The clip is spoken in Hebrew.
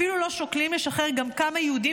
אפילו לא שוקלים לשחרר גם כמה יהודים